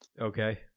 okay